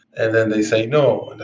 and then they say, no. and